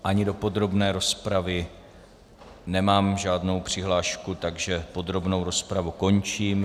Ani do podrobné rozpravy nemám žádnou přihlášku, takže podrobnou rozpravu končím.